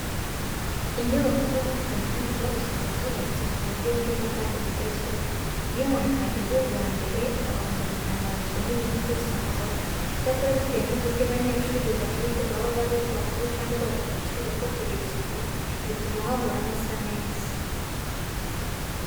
Inyubako zo muri kaminuza usanga zubatse mu buryo bwiza kandi bugezweho. Iyo umuntu ahageze bwa mbere abanza gutangazwa n'ibintu byose ahabona. Icyakora bitewe n'uburyo abanyeshuri bahiga baba ari bakuru kandi bazi agaciro ko kugira isuku bituma hahora hasa neza.